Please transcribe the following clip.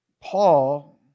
Paul